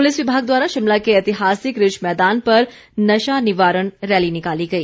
police विभाग द्वारा शिमला के ऐतिहासिक रिज मैदान पर नशा निवारण रैली निकाली गई